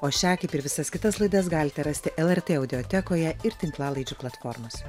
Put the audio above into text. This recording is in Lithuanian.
o šią kaip ir visas kitas laidas galite rasti lrt audiotekoje ir tinklalaidžių platformose